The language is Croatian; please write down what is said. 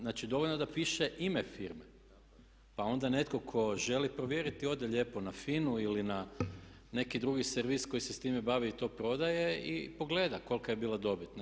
Znači dovoljno je da piše ime firme, pa onda netko tko želi provjeriti ode lijepo na FINA-u ili na neki drugi servis koji se s time bavi i to prodaje i pogleda kolika je bila dobit.